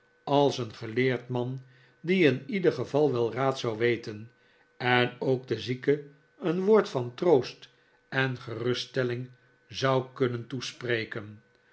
als een geleerd man die in ieder geval wel raad zou weten en ook den zieke een woord van troost en geruststellihg zou kunnen toespreken